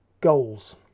goals